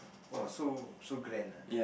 !woah! so so grand ah